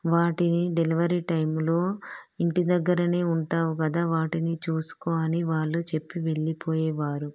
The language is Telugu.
వాటిని డెలివరీ టైంలో ఇంటి దగ్గరనే ఉంటావుగదా వాటిని చూసుకో అని వాళ్ళు చెప్పి వెళ్ళిపోయేవారు